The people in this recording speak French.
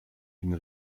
une